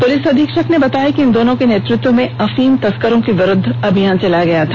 police अधीक्षक ने बताया कि इन दोनों के नेतृत्व में अफीम तस्करों के विरुद्ध पुलिस ने अभियान चलाया था